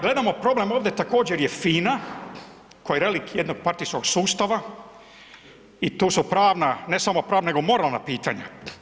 Gledamo problem ovdje također je FINA koja je relikt jednopartijskog sustava i tu su pravna, ne samo pravna nego moralna pitanja.